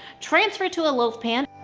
transfer to a loaf pan.